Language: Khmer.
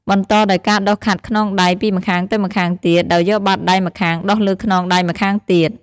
បន្តដោយការដុសខាត់ខ្នងដៃពីម្ខាងទៅម្ខាងទៀត ដោយយកបាតដៃម្ខាងដុសលើខ្នងដៃម្ខាងទៀត។